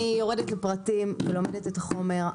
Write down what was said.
אני יורדת לפרטים ולומדת את החומר.